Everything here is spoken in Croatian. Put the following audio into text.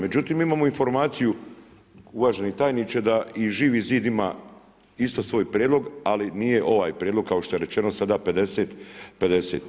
Međutim imamo informaciju, uvaženi tajniče, da i Živi zid ima isto svoj prijedlog, ali nije ovaj prijedlog kao što je rečeno sada 50-50.